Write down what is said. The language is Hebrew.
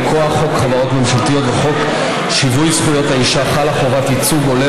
מכוח חוק חברות ממשלתיות וחוק שיווי זכויות האישה חלה חובת ייצוג הולם